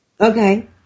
Okay